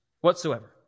whatsoever